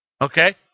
okay